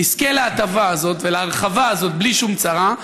נזכה להטבה הזאת ולהרחבה הזאת בלי שום צרה,